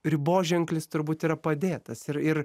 riboženklis turbūt yra padėtas ir ir